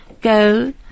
Go